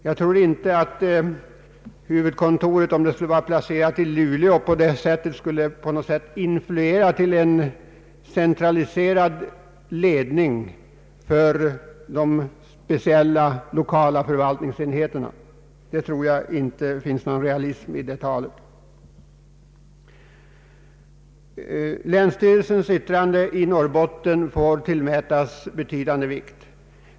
Jag tror inte att huvudkontoret, om det hade varit placerat t.ex. i Luleå, skulle ha influerat till en centraliserad ledning för de speciella lokala förvaltningsenheterna. Det finns, anser jag, ingen realitet i detta. Länsstyrelsens i Norrbotten yttrande får tillmätas betydande vikt.